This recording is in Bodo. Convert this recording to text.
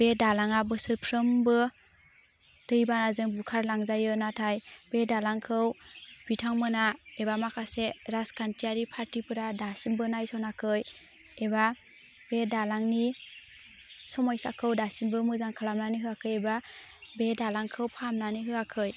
बे दालाङा बोसोरफ्रोमबो दै बानाजों बुखारलांजायो नाथाय बे दालांखौ बिथांमोना एबा माखासे राजखान्थियारि पार्टीफोरा दासिमबो नायस'नाखै एबा बे दालांनि समयसाखौ दासिमबो मोजां खालामनानै होआखै एबा बे दालांखौ फाहामनानै होआखै